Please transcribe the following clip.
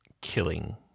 killing